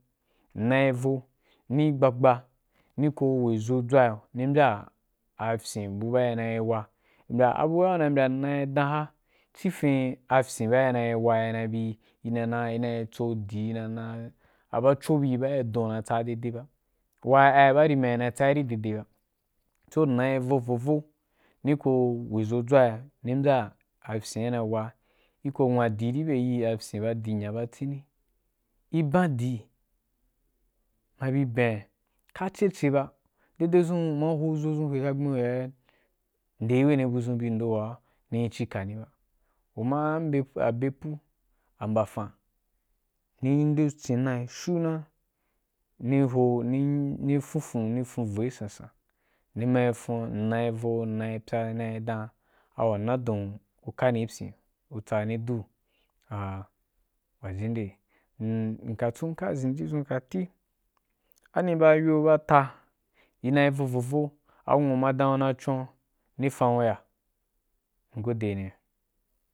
Ina yi voi ni gba gba ni ko we zo dzwai yo ni mbyai afyin bu ba ina wa mbya bu ba u mbya ina glan hana ci vin afyin bu ba inaa wa na i be ina a ina tso dì ina aha abocho buī ba ia dun howa nai tsai daide ba whie ai bari ma ina tsaī ri deidei ba, so ina vo vo vo ki ko wei vo dzwai ni mbyai a fyin ina yi wa i ko nwa di ibe afyin dinya ba tswi ibandi i mabi ben, ka ce ae ba, de de zun uma ho ko zun ma hwe ka bin hen den buzunri bin do wa ni ri ikani ba u ma a anbepu, ambafan, ni ri denchía naí shuru na, ni ro ni funfun, ni fun voi san san, ni mai fun inayi vo, ina pya, ina dan, wana don ku kani pyin, kutsaí ni du wajin de. Nka chon nka zhen ji dzun kati ani bayo baita inayi vo vo vo, anwu ma dan kuna chon ni fanu ba, ngode niya.